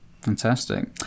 fantastic